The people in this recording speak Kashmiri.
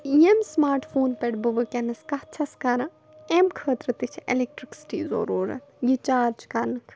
ییٚمۍ سٕماٹ فونہٕ پٮ۪ٹھ بہٕ وٕکٮ۪نَس کَتھ چھَس کَران اَمۍ خٲطرٕ تہِ چھِ اٮ۪لیکٹٕرٛکسِٹی ضٔروٗرتھ یہِ چارٕج کَرنہٕ